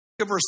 Verse